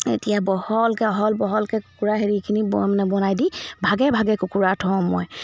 এতিয়া বহলকৈ অহল বহলকৈ কুকুৰা হেৰিখিনি ব মানে বনাই দি ভাগে ভাগে কুকুৰা থওঁ মই